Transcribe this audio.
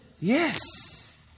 Yes